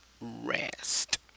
rest